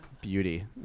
beauty